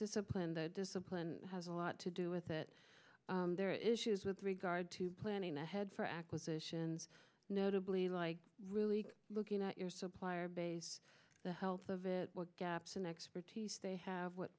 discipline the discipline has a lot to do with it there are issues with regard to planning ahead for acquisitions notably like really looking at your supplier base the health of it what gaps in expertise they have what